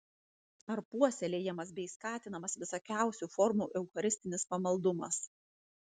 ar puoselėjamas bei skatinamas visokiausių formų eucharistinis pamaldumas